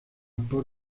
por